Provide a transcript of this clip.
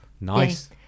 Nice